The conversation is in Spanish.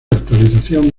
actualización